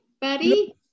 buddy